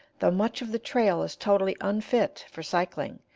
though much of the trail is totally unfit for cycling,